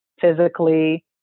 physically